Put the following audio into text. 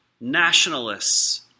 nationalists